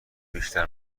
بیشتر